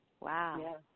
Wow